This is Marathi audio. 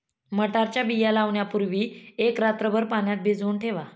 मटारच्या बिया लावण्यापूर्वी एक रात्रभर पाण्यात भिजवून ठेवा